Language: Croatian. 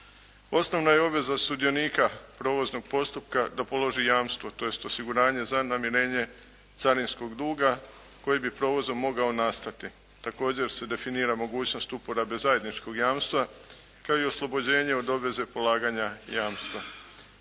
Osnovna je obveza sudionika provoznog postupka da položi jamstvo, tj. osiguranje za namirenje carinskog duga koji bi provozom mogao nastati. Također se definira mogućnost uporabe zajedničkog jamstva kao i oslobođenje od obaveze polaganja jamstva.